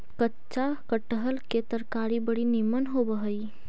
कच्चा कटहर के तरकारी बड़ी निमन होब हई